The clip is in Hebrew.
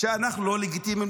שאנחנו לא לגיטימיים?